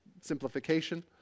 simplification